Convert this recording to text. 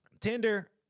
Tinder